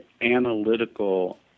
analytical